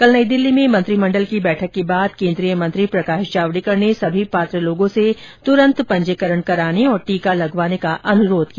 कल नई दिल्ली में मंत्रिमंडल की बैठक के बाद केंद्रीय मंत्री प्रकाश जावड़ेकर ने सभी पात्र लोगों से तुरंत पंजीकरण कराने और टीका लगवाने का अनुरोध किया